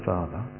Father